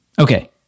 Okay